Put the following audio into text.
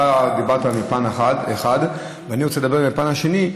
אתה דיברת על פן אחד, ואני רוצה לדבר על הפן השני,